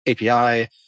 API